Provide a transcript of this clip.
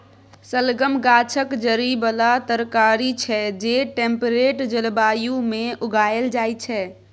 शलगम गाछक जड़ि बला तरकारी छै जे टेम्परेट जलबायु मे उगाएल जाइ छै